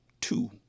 Two